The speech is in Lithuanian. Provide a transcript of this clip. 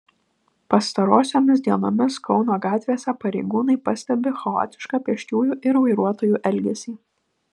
pastarosiomis dienomis kauno gatvėse pareigūnai pastebi chaotišką pėsčiųjų ir vairuotojų elgesį